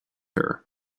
her